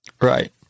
right